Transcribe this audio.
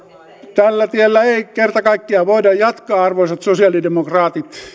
tällä tiellä ei kerta kaikkiaan voida jatkaa arvoisat sosialidemokraatit